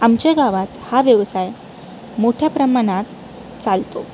आमच्या गावात हा व्यवसाय मोठ्या प्रमाणात चालतो